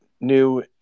new